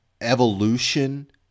evolution